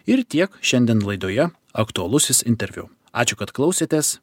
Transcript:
ir tiek šiandien laidoje aktualusis interviu ačiū kad klausėtės